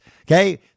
Okay